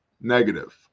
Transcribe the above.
Negative